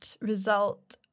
result